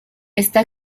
está